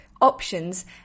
options